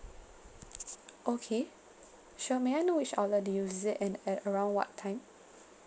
okay sure may I know which outlet did you visit and at around what time